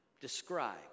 Describe